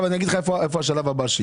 אני אגיד לך איפה השלב הבא.